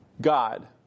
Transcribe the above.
God